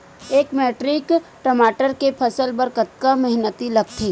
एक मैट्रिक टमाटर के फसल बर कतका मेहनती लगथे?